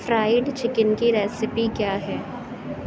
fried chicken کی recipe کیا ہے